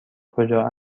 کجا